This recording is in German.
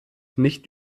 nicht